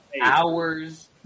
hours